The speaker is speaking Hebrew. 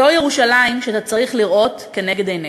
זו ירושלים שאתה צריך לראות לנגד עיניך.